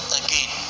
again